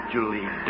Julie